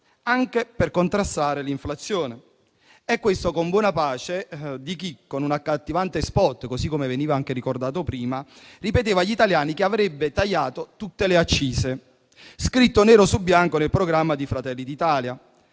anche per contrastare l'inflazione, con buona pace di chi, con un accattivante *spot*, come veniva anche prima ricordato, ripeteva agli italiani che avrebbe tagliato tutte le accise e l'ha scritto nero su bianco nel programma di Fratelli d'Italia.